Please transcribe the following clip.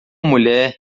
mulher